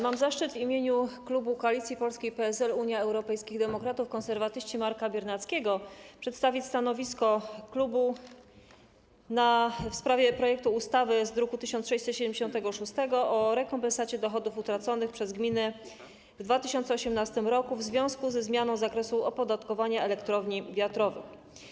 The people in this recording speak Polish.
Mam zaszczyt w imieniu klubu Koalicji Polskiej - PSL, Unii Europejskich Demokratów, Konserwatystów, Marka Biernackiego przedstawić stanowisko klubu w sprawie projektu ustawy z druku nr 1676 o rekompensacie dochodów utraconych przez gminy w 2018 r. w związku ze zmianą zakresu opodatkowania elektrowni wiatrowych.